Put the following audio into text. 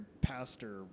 pastor